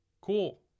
Cool